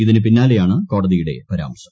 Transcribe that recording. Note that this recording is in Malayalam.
ഇതിന് പിന്നാലെയാണ് കോടതിയുടെ പരാമർശം